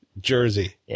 Jersey